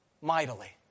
mightily